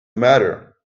matter